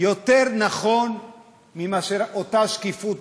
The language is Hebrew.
יותר נכון מאשר אותה שקיפות,